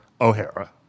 O'Hara